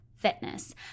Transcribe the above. fitness